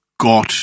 God